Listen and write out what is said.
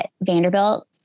Vanderbilt